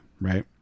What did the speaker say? right